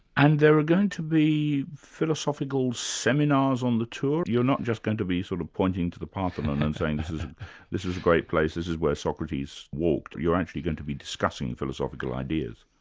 and there are going to be philosophical seminars on the tour? you're not just going to be sort of pointing to the parthenon and saying this is a great place this is where socrates walked, you're actually going to be discussing philosophical ideas?